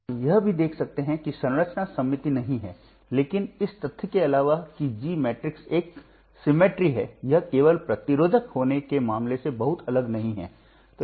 और आप यह भी देख सकते हैं कि संरचना सममित नहीं है लेकिन इस तथ्य के अलावा कि G मैट्रिक्स एक सममित है यह केवल प्रतिरोधक होने के मामले से बहुत अलग नहीं है